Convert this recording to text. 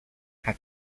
had